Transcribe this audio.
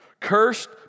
Cursed